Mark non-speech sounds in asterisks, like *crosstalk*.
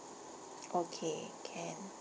*noise* okay can